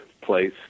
place